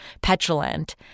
petulant